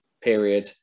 period